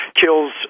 kills